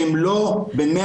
שהם לא ב-100%,